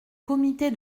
comité